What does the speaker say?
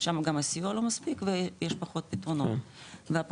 שם גם הסיוע לא מספיק ויש פחות פתרונות ואפרופו,